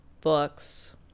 books